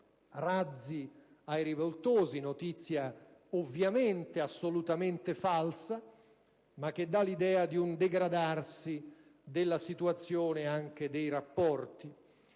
razzi ai rivoltosi: notizia, come è ovvio, assolutamente falsa, ma che dà l'idea di un degradarsi della situazione e anche dei rapporti.